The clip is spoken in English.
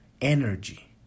energy